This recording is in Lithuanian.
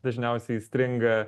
dažniausiai įstringa